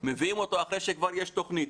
מביאים אותו אחרי שכבר יש תכנית